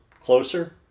closer